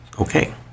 okay